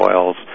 oils